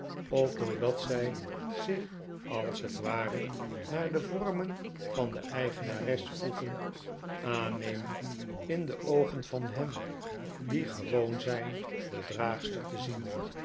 of doordat zij zich als het ware naar de vormen van de eigenares voegen aannemen in de oogen van hen die gewoon zijn de draagster te zien